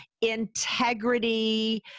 integrity